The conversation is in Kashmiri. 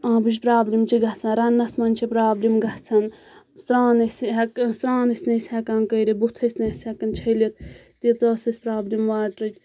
آبٕچ پرابلِم چھ گَژھان رَننَس منز چھُ پرابلِم گَژھان سران ٲسۍ نہٕ سران ٲسۍ نہٕ ہؠکان کٔرِتھ بُتھ ٲسۍ نہٕ أسۍ ہؠکان چھٔلِتھ تیٖژاہ ٲس اَسہِ پرابلِم واٹرٕچ